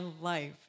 life